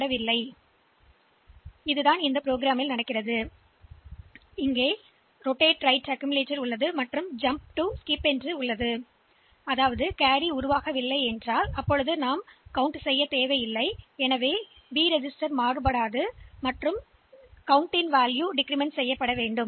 எனவே இது இங்கே ப்ரோக்ராம்ல் செய்யப்படுகிறது இது வலது குவிப்பானை வலதுபுறமாக சுழற்றுவதைக் காண்க குறிப்பு நேரம் 1231 எனவே அந்த விஷயத்தில் கேரி அமைக்கப்படவில்லை எனில் ஸ்கிப்ருக் செல்ல வேண்டும்